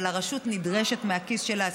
אבל הרשות נדרשת מהכיס שלה.